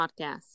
Podcast